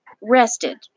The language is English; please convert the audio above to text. rested